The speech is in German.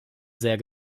sehr